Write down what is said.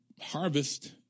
harvest